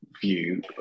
view